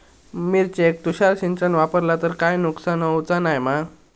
मिरचेक तुषार सिंचन वापरला तर काय नुकसान होऊचा नाय मा?